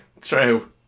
True